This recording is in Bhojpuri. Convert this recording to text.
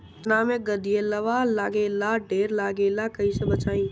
चना मै गधयीलवा लागे ला ढेर लागेला कईसे बचाई?